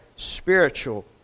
spiritual